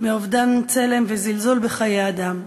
מאובדן צלם וזלזול בחיי אדם.